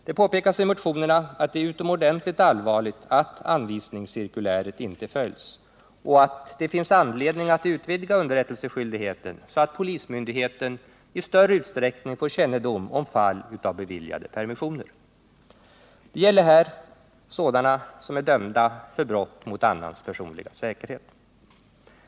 Det påpekas i motionerna att det är utomordentligt allvarligt att anvisningscirkuläret inte följs och att det finns anledning att utvidga underrättelseskyldigheten så att polismyndigheten i större utsträckning får kännedom om fall av beviljade permissioner. Det gäller här sådana personer som är dömda för brott mot annans personliga säkerhet.